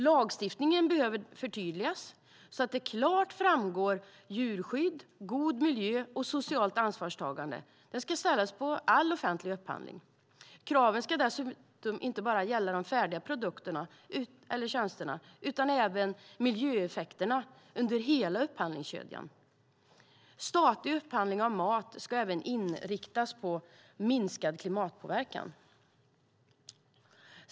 Lagstiftningen behöver förtydligas så att det klart framgår att krav på djurskydd, god miljö och socialt ansvarstagande ska ställas i all offentlig upphandling. Kraven ska inte bara gälla de färdiga produkterna eller tjänsterna utan även miljöeffekterna under hela upphandlingskedjan. Statlig upphandling av mat ska även inriktas på minskad klimatpåverkan.